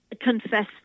confess